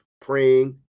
praying